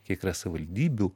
tikra savivaldybių